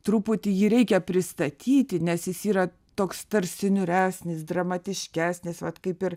truputį jį reikia pristatyti nes jis yra toks tarsi niūresnis dramatiškesnis vat kaip ir